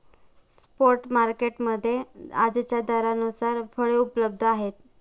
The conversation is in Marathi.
स्पॉट मार्केट मध्ये आजच्या दरानुसार फळे उपलब्ध आहेत